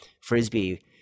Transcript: frisbee